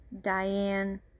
Diane